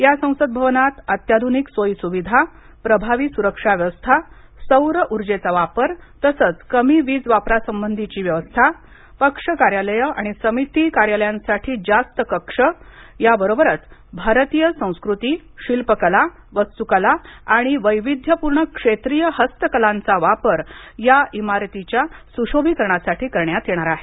या संसद भवनात अत्याध्निक सोई सुविधा प्रभावी सुरक्षा व्यवस्था सौर उर्जेचा वापर तसच कमी वीज वापरासाठी व्यवस्था पक्ष कार्यालये आणि समिती कार्यालयांसाठी जास्त कक्ष याबरोबरच भारतीय संस्कृती शिल्पकला वास्तुकला आणि वैविध्य पूर्ण क्षेत्रीय हस्तकलांचा वापर या इमारतीच्या सुशोभीकरणासाठी करण्यात येणार आहे